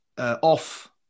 off